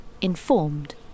informed